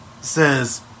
says